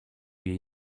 jej